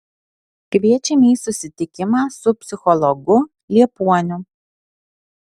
kviečiame į susitikimą su psichologu liepuoniu